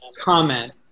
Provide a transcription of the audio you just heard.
comment